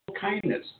kindness